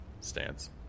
stance